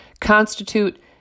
constitute